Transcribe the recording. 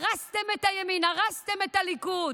הרסתם את הימין, הרסתם את הליכוד,